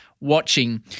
watching